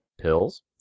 Pills